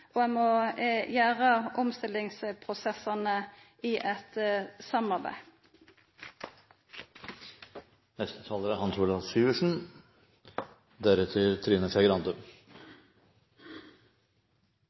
og ein må gjera omstillingsprosessane i eit